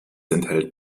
enthält